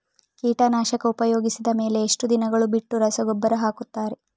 ಕೀಟನಾಶಕ ಉಪಯೋಗಿಸಿದ ಮೇಲೆ ಎಷ್ಟು ದಿನಗಳು ಬಿಟ್ಟು ರಸಗೊಬ್ಬರ ಹಾಕುತ್ತಾರೆ?